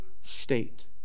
state